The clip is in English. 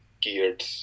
geared